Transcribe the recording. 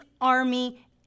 army